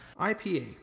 IPA